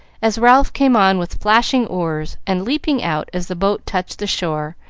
as ralph came on with flashing oars, and leaping out as the boat touched the shore,